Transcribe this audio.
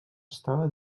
estava